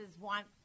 want